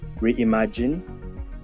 reimagine